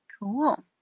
Cool